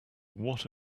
what